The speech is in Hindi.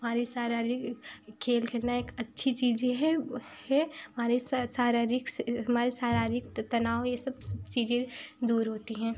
हमारे शारीरिक खेल खेलना एक अच्छी चीजे हैं है हमारे शारीरिक हमारे शारीरिक तनाव ये सब चीजें दूर होती हैं